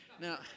Now